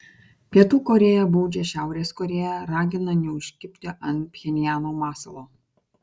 pietų korėja baudžia šiaurės korėją ragina neužkibti ant pchenjano masalo